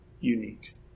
unique